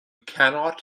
cannot